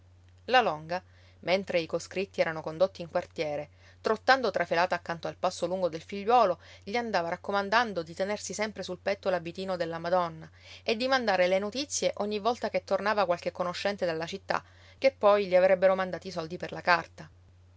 la longa mentre i coscritti erano condotti in quartiere trottando trafelata accanto al passo lungo del figliuolo gli andava raccomandando di tenersi sempre sul petto l'abitino della madonna e di mandare le notizie ogni volta che tornava qualche conoscente dalla città che poi gli avrebbero mandati i soldi per la carta